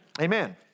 Amen